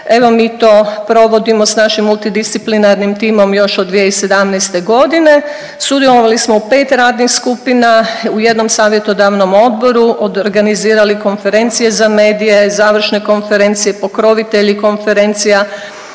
Evo mi to provodimo s našim multidisciplinarnim timom još od 2017. godine. Sudjelovali smo u 5 radnih skupina u jednom savjetodavnom odboru, organizirali konferencije za medije, završne konferencije, pokrovitelji konferencija